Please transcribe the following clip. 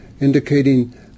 indicating